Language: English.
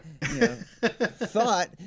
thought